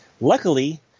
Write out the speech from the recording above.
Luckily